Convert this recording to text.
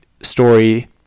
story